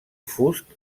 fust